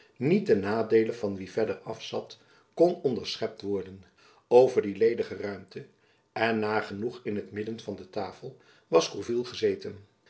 niet ten nadeele van wie verder afzat kon onderschept worden over die ledige ruimte en nagenoeg in t midden van de tafel was gourville gezeten